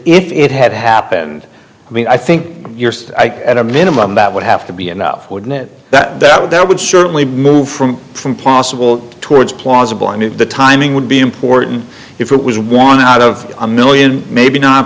if it had happened i mean i think you're at a minimum that would have to be enough wouldn't it that that would that would certainly be moved from from possible towards plausible i mean the timing would be important if it was one out of a one million maybe not